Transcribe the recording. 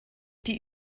die